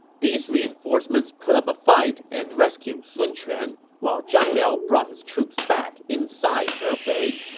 these reinforcements put up a fight and rescued sun quan, while zhang liao brought his troops back inside hefei.